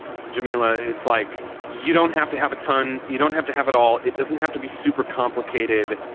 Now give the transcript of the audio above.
jameela. it's like you don't have to have a ton. you don't have to have it all. it doesn't have to be super complicated.